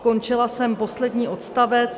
Končila jsem poslední odstavec: